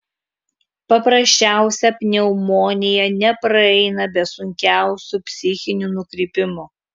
paprasčiausia pneumonija nepraeina be sunkiausių psichinių nukrypimų